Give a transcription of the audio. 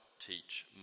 teach